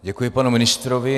Děkuji, panu ministrovi.